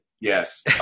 Yes